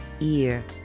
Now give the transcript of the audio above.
ear